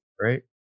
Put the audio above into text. right